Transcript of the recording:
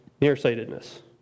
nearsightedness